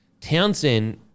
Townsend